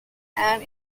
and